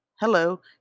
hello